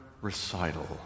recital